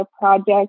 project